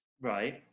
right